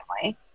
family